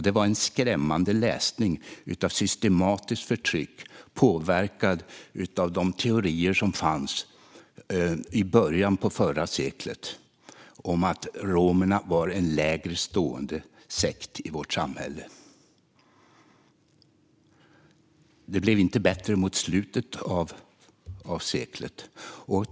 Det var skrämmande läsning om systematiskt förtryck påverkat av de teorier som fanns i början på förra seklet om att romerna var en lägre stående sekt i vårt samhälle. Det blev inte heller bättre mot slutet av seklet.